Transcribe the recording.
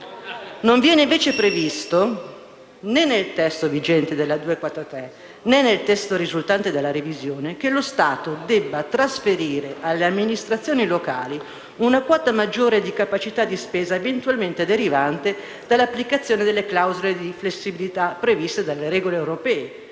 Non viene invece previsto, né nel testo vigente della citata legge n. 243 del 2012 né in quello risultante dalla revisione, che lo Stato debba trasferire alle amministrazioni locali una quota maggiore di capacità di spesa eventualmente derivante dall'applicazione delle clausole di flessibilità previste dalle regole europee,